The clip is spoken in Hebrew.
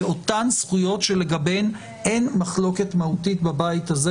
באותן זכויות שלגביהן אין מחלוקת חוקתית בבית הזה,